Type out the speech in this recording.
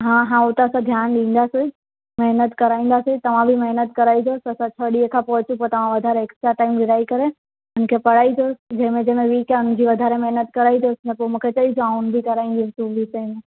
हा हा हू त असां ध्यानु ॾींदासीं महेनत कराईंदासीं तव्हां बि महिनत कराइजोसि असां छह ॾींहं खां पोइ अची वधारे एक्स्ट्रा टाइम वेहारे करे उनखे पढ़ाइजोसि जंहिं में जंहिं वीक आहे उनजी वधारे महिनत कराइजोसि पोइ मूंखे चइजो आउं बि कराईंदसि